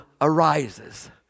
arises